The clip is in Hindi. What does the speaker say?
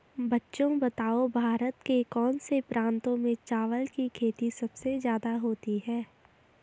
बच्चों बताओ भारत के कौन से प्रांतों में चावल की खेती सबसे ज्यादा होती है?